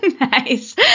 Nice